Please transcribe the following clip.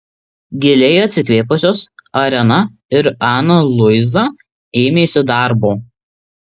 giliai atsikvėpusios ariana ir ana luiza ėmėsi darbo